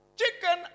chicken